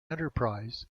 enterprise